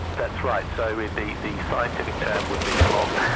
that's right. so and the scientific term would be flogged.